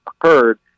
occurred